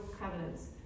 covenants